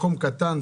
מקום קטן,